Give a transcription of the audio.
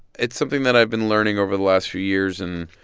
it's something that i've been learning over the last few years and,